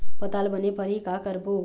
पताल बने फरही का करबो?